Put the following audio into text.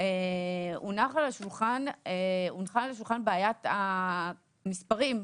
הונחה על השולחן בעיית המספרים,